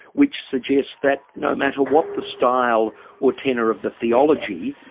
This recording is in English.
which suggests that no matter what the style or tenor of the theology,